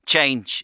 Change